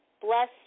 Bless